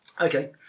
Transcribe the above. Okay